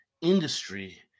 industry